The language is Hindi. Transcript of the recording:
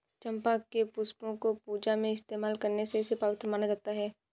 चंपा के पुष्पों को पूजा में इस्तेमाल करने से इसे पवित्र माना जाता